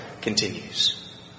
continues